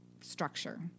structure